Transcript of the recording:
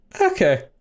okay